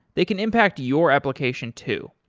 they can impact your application too.